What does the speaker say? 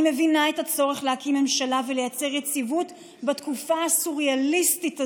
אני מבינה את הצורך להקים ממשלה ולייצר יציבות בתקופה הסוריאליסטית הזו.